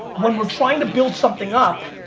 when we're trying to build something up,